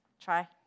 try